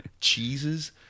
Cheeses